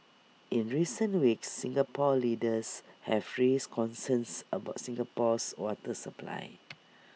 in recent weeks Singapore leaders have raised concerns about Singapore's water supply